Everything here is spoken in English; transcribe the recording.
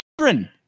children